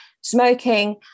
smoking